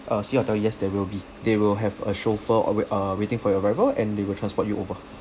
uh sea hotel yes there will be they will have a chauffeur uh wai~ uh waiting for your arrival and they will transport you over